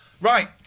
Right